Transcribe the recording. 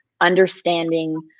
understanding